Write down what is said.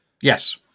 yes